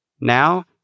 Now